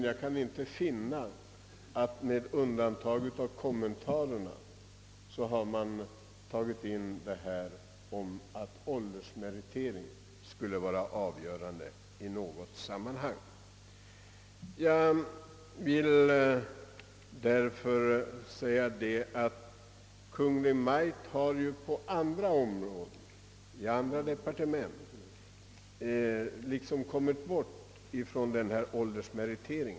Jag kan emellertid inte finna att där står någonting om att åldersmeritering skall vara avgörande, det står endast i kommentarerna. Inom andra departement fäster man inte längre så stort avseende vid åldersmeriter.